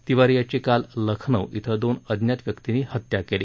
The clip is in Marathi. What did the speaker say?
तिवारी याची काल लखनऊ इथं दोन अज्ञात व्यक्तींनी हत्या केली